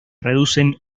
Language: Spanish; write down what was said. reducen